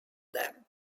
them